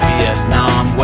Vietnam